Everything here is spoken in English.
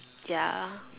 ya